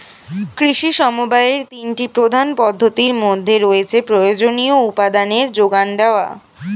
কৃষি সমবায়ের তিনটি প্রধান পদ্ধতির মধ্যে রয়েছে প্রয়োজনীয় উপাদানের জোগান দেওয়া